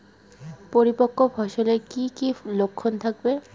পরিপক্ক ফসলের কি কি লক্ষণ থাকবে?